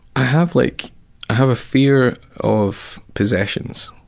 i have like have a fear of possessions